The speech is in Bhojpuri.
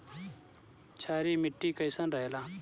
क्षारीय मिट्टी कईसन रहेला?